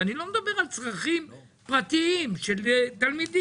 ואני לא מדבר על צרכים פרטיים של תלמידים,